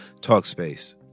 Talkspace